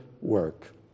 work